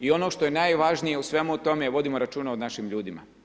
I ono što je najvažnije u svemu tome, vodimo računa o našim ljudima.